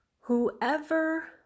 Whoever